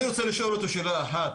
אני רוצה לשאול אותו שאלה אחת,